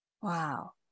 Wow